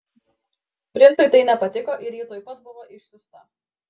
princui tai nepatiko ir ji tuoj pat buvo išsiųsta